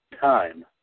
time